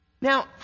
Now